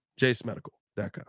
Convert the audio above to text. Jacemedical.com